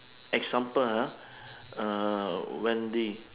example ah uh wendy